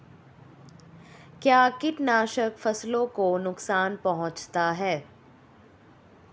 क्या कीटनाशक फसलों को नुकसान पहुँचाते हैं?